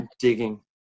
Digging